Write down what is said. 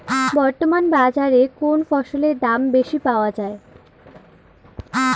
বর্তমান বাজারে কোন ফসলের দাম বেশি পাওয়া য়ায়?